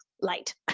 light